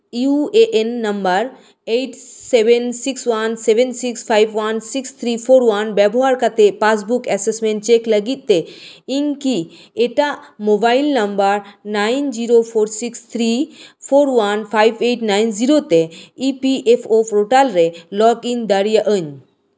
U A N number eight seven six one seven six five one six three four one ᱵᱮᱵᱚᱦᱟᱨ ᱠᱟᱛᱮᱫ passbook assessment check ᱞᱟᱹᱜᱤᱫ ᱛᱮ ᱤᱧᱠᱤ ᱮᱴᱟᱜ mobile number nine zero four six three four one five eight nine zero ᱛᱮ E P F O portal ᱨᱮ login ᱫᱟᱲᱮᱭᱟᱹᱜ ᱟᱹᱧ